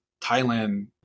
Thailand